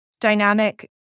dynamic